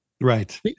Right